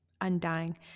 Undying